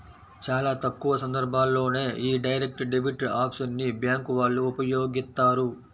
చాలా తక్కువ సందర్భాల్లోనే యీ డైరెక్ట్ డెబిట్ ఆప్షన్ ని బ్యేంకు వాళ్ళు ఉపయోగిత్తారు